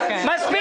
מספיק.